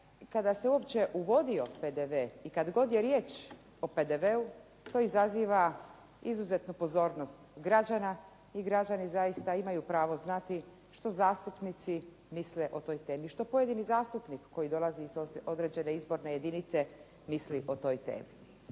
kada se uopće uvodio PDV i kada god je riječ o PDV-u to izaziva izuzetnu pozornost građana i građani imaju pravo znati što zastupnici misle o toj temi, što pojedini zastupnici misle o toj temi, što pojedini zastupnik koji dolazi iz određene izborne jedince misli o toj temi.